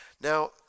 Now